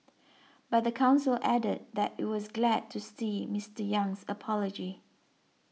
but the council added that it was glad to see Mister Yang's apology